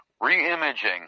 Re-imaging